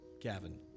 Gavin